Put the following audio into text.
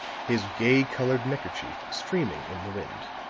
his gay-colored neckkerchief streaming in the wind.